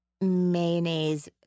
Mayonnaise